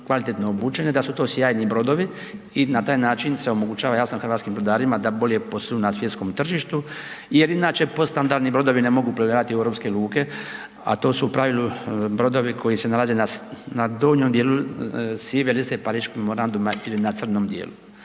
kvalitetno obučene, da su to sjajni brodovi i na taj način se omogućava jasno, hrvatskim brodarima da bolje posluju na svjetskom tržištu. Jedina .../Govornik se ne razumije./... brodovi ne mogu uplovljavati u europske luke, a to su u pravilu brodovi koji se nalaze na donjom dijelu sive liste Pariškog memoranduma ili na crnom dijelu